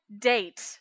date